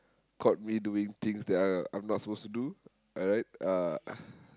caught me doing things that I I'm not supposed to do alright uh